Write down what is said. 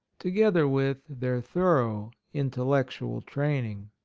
together with their thorough intellectual training.